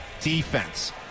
defense